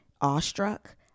awestruck